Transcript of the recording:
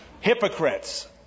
Hypocrites